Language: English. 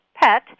pet